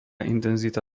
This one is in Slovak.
intenzita